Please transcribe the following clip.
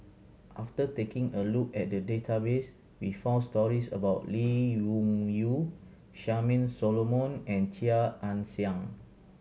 after taking a look at the database we found stories about Lee Wung Yew Charmaine Solomon and Chia Ann Siang